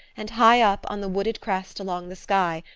and, high up, on the wooded crest along the sky,